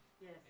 Yes